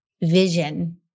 vision